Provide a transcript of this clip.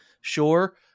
Sure